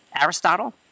Aristotle